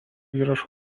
įrašų